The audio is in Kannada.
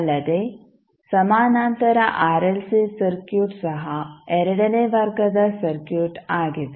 ಅಲ್ಲದೆ ಸಮಾನಾಂತರ ಆರ್ಎಲ್ಸಿ ಸರ್ಕ್ಯೂಟ್ ಸಹ ಎರಡನೇ ವರ್ಗದ ಸರ್ಕ್ಯೂಟ್ ಆಗಿದೆ